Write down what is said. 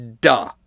duh